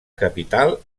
capital